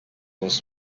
was